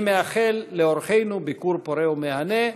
אני מאחל לאורחינו ביקור פורה ומהנה.